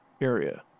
area